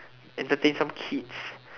entertain some kids